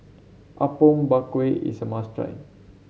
Apom Berkuah is a must try